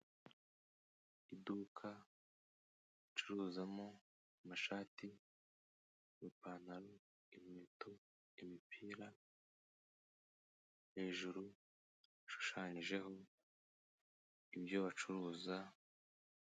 Iduka ricuruzamo amashati, amapantaro, inkweto, imipira, hejuru hashushanyijeho ibyo bacuruza.